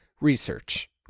research